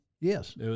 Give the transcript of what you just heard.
Yes